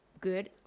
good